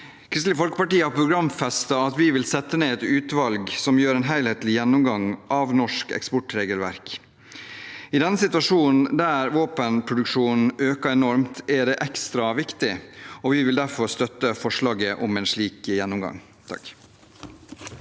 Kristelig Folkeparti har programfestet at vi vil sette ned et utvalg som gjør en helhetlig gjennomgang av norsk eksportregelverk. I denne situasjonen, der våpenproduksjonen øker enormt, er det ekstra viktig, og vi vil derfor støtte forslaget om en slik gjennomgang.